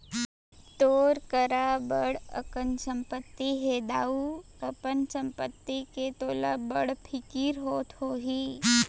तोर करा बड़ अकन संपत्ति हे दाऊ, अपन संपत्ति के तोला बड़ फिकिर होत होही